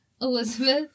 Elizabeth